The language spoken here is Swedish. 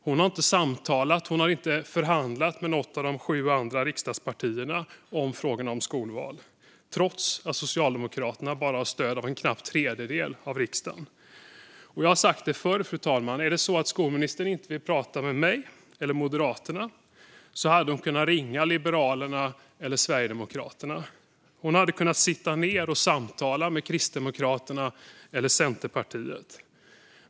Hon har inte samtalat eller förhandlat med något av de sju andra riksdagspartierna om frågan om skolval, trots att Socialdemokraterna bara har stöd av en knapp tredjedel av riksdagen. Jag har sagt det förr, fru talman. Om skolministern inte vill prata med mig eller Moderaterna hade hon kunnat ringa Liberalerna eller Sverigedemokraterna. Hon hade kunnat sitta ned och samtala med Kristdemokraterna eller Centerpartiet.